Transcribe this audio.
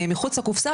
מחוץ לקופסא,